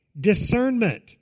discernment